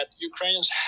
Ukrainians